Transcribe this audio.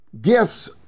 gifts